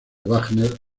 wagner